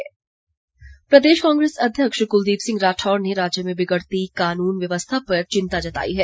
कांग्रे स प्रदेश कांग्रेस अध्यक्ष क्लदीप सिंह राठौर ने राज्य में बिगड़ती कानून व्यवस्था पर चिंता जताई है